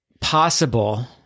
possible